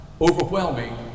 overwhelming